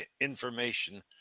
information